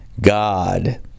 God